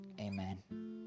amen